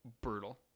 brutal